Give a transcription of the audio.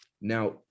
Now